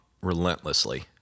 relentlessly